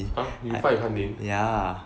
!huh! you fight with 翰林